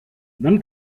wann